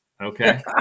Okay